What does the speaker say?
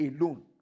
alone